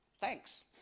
Thanks